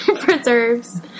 preserves